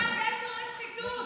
מה הקשר לשחיתות?